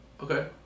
Okay